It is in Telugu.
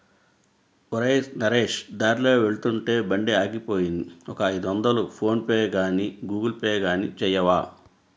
ఒరేయ్ నరేష్ దారిలో వెళ్తుంటే బండి ఆగిపోయింది ఒక ఐదొందలు ఫోన్ పేగానీ గూగుల్ పే గానీ చేయవా